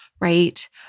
right